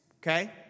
Okay